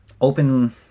open